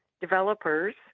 developers